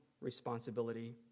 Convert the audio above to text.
responsibility